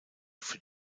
für